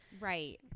Right